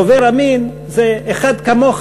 דובר אמין זה אחד כמוך,